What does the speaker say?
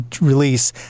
Release